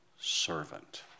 servant